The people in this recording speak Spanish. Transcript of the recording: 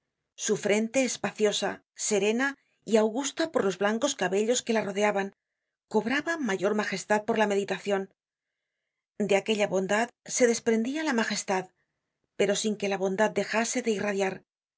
su frente espaciosa serena y augusta por los blancos cabellos que la rodeaban cobraba mayor magestad por la meditacion de aquella bondad se desprendia la majestad pero sin que la bondad dejase de irradiar